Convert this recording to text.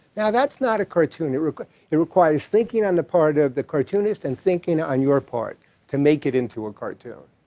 now that's not a cartoon. it requires thinking on the part of the cartoonist and thinking on your part to make it into a cartoon.